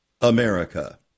America